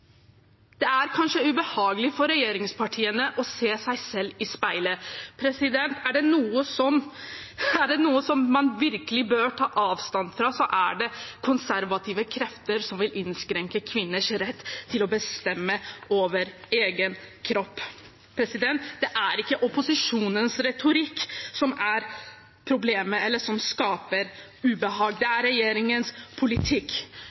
Det er kanskje ubehagelig for regjeringspartiene å se seg selv i speilet. Er det noe som man virkelig bør ta avstand fra, er det konservative krefter som vil innskrenke kvinners rett til å bestemme over egen kropp. Det er ikke opposisjonens retorikk som er problemet, eller som skaper ubehag – det er regjeringens politikk.